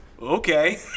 Okay